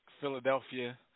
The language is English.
Philadelphia